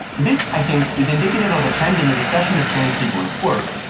this, i think, is indicative of a trend in the discussion of trans people in sports,